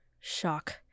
shock